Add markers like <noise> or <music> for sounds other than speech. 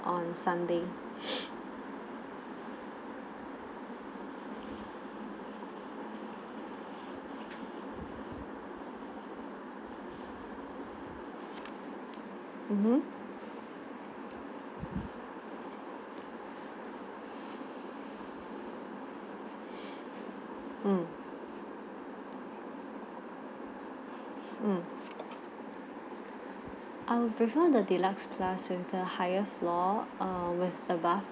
on sunday <breath> mmhmm mm mm I will prefer the deluxe plus with the higher floor err with the bathtub